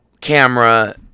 camera